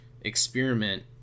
experiment